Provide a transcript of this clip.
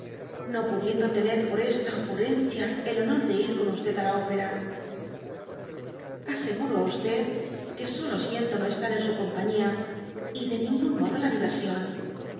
no pudiendo tener por ésta ocurrencia el honor de ir con e á la ópera aseguro á que solo siento no estar en su compañía y y de ningún modo la diversión